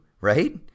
right